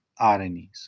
RNAs